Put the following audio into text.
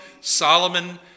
Solomon